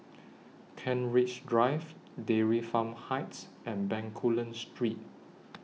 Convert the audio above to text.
Kent Ridge Drive Dairy Farm Heights and Bencoolen Street